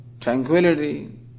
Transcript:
tranquility